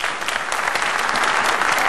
(מחיאות כפיים)